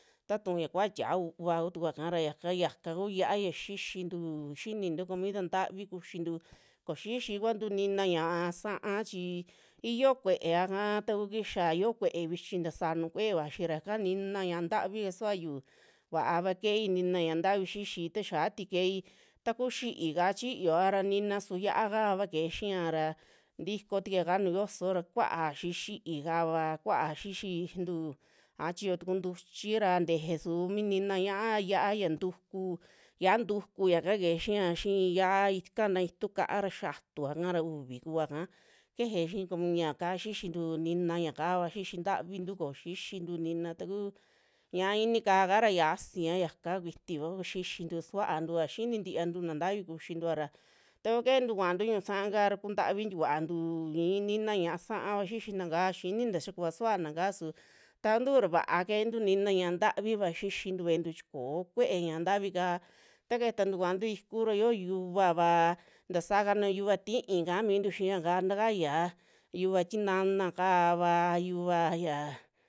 Tatuu ya kuaa tia'a uuva tukua kara yaka, yaka kuu yia'a ya xixintu xinitu comida ntavi kuxintu koo xixi kuantu nina ñaa sa'a chi iyoo kue'ea kaa taku kixia, yo'o kue'e vichi tasaa nuju kue'e vaxi ra ika nina ñaa ntavi kasuaa yuu va'ava keei nina ñaa ntavi xixi ta xiatui keei, taku xi'ika chiyoa ra nina su yia'akava keje xia ra tiko tukuia ka nuju yoso ra kuaa xii xi'i kava, kuaa xixintu a chiyo tuku ntuchi ra teje su minina ñia- yia'a ya ntuku, yia'a ntuku yaka keje xia, xii yia'a kana itu ka'a ra xiatuaka ra uvi kuaka keje xii comi yaka xixintu, nina yakava xixi ntavitu koo xixintu nina takuu ñiaa ini ka'á kara yiasia yaka kuiti kuaa xixintu suavntua, xini tivantu naa ntavi kuchintua ra, ta kuu ke'entu kuantu ñu'u sa'aka ra kuntavi tikuantu i'i nina ñaa sa'ava xixinaka, xini tayakuva suvanaka su takuntuu ra vaa keentu nina ñaa natviva xixintu ve'entu chi ko'o kue'e ñaa ntavika, ta ketantu kuaantu iku ra yio yuvava, tasaka nuju yuva ti'í kaa mintu xiiyaka takaya, yuva tinana kava yuva ya.